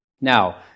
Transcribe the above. Now